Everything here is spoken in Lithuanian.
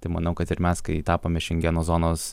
tai manau kad ir mes kai tapome šengeno zonos